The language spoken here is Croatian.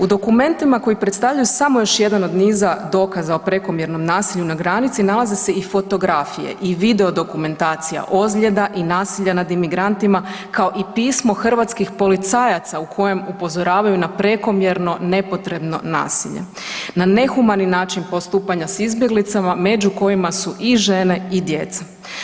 U dokumentima koji predstavljaju samo još jedan od niza dokaza o prekomjernom nasilju na granici nalaze se i fotografije i video dokumentacija ozljeda i nasilja nad emigrantima kao i pismo hrvatskih policajaca u kojim upozoravaju na prekomjerno nepotrebno nasilje, na nehumani način postupanja s izbjeglicama među kojima su i žene i djeca.